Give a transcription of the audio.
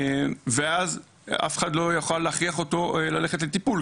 ואז אף אחד לא יוכל להכריח אותו ללכת לטיפול,